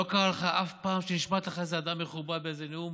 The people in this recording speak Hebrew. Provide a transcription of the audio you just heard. לא קרה לך אף פעם שנשמט לך איזה שם של אדם מכובד באיזה נאום?